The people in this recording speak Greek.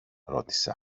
ρώτησε